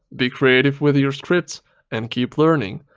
be creative with your scripts and keep learning!